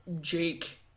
Jake